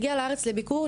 הגיע לארץ לביקור.